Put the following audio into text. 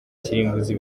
kirimbuzi